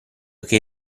che